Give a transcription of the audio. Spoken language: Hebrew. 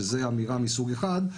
שזאת אמירה מסוג אחד,